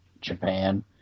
Japan